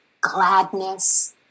gladness